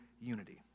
unity